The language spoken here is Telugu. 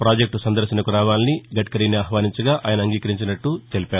ప్రాజెక్టు సందర్శనకు రావాలని గడ్కరీని ఆహ్వానించగా ఆయన అంగీకరించినట్లు తెలిపారు